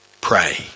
Pray